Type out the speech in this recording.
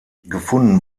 gefunden